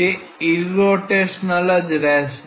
તે ઈરરોટેશનલ જ રહેશે